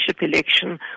election